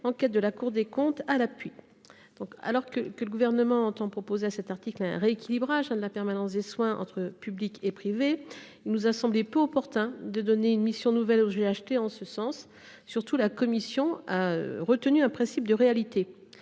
enquête de la Cour des comptes à l’appui. Alors que le Gouvernement entend proposer un rééquilibrage de la permanence des soins entre public et privé, il nous a semblé peu opportun d’attribuer aux GHT une mission nouvelle en ce sens. Surtout, la commission a retenu un principe de réalité.